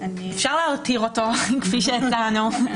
יש קבינט ויש ממשלה, אלה שתי האפשרויות כרגע.